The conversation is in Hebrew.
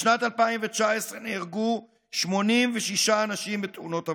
בשנת 2019 נהרגו 86 אנשים בתאונות עבודה,